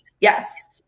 Yes